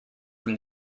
from